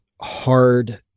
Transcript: hard